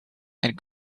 and